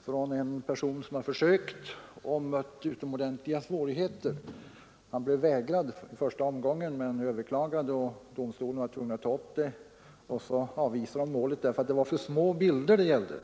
från en person som hade försökt och haft utomordentliga svårigheter. Han blev vägrad i första omgången men överklagade. Domstolen var då tvungen att ta upp ärendet men avvisade det på grund av att det var för små bilder det gällde.